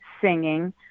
singing